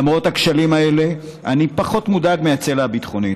למרות הכשלים האלה אני פחות מודאג מהצלע הביטחונית,